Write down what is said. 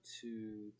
two